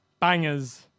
bangers